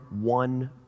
one